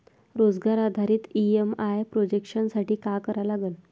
रोजगार आधारित EMI projection साठी का करा लागन?